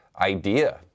idea